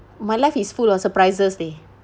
my life is full of surprises leh